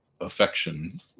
affection